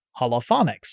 holophonics